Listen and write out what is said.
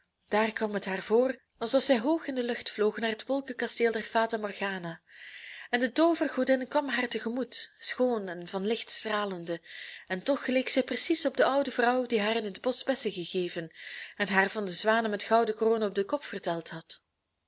daar kwam het haar voor alsof zij hoog in de lucht vloog naar het wolkenkasteel der fata morgana en de toovergodin kwam haar te gemoet schoon en van licht stralende en toch geleek zij precies op de oude vrouw die haar in het bosch bessen gegeven en haar van de zwanen met gouden kronen op den kop verteld had